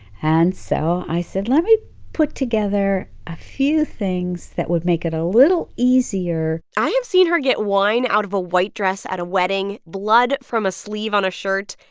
and so i said, let me put together a few things that would make it a little easier i have seen her get wine out of a white dress at a wedding, blood from a sleeve on a shirt,